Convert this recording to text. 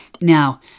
Now